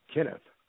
Kenneth